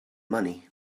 money